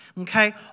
okay